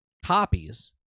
copies